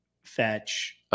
fetch